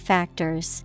Factors